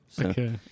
Okay